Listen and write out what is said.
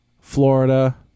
Florida